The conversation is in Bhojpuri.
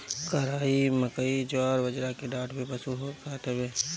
कराई, मकई, जवार, बजरा के डांठ भी पशु खात हवे